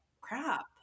crap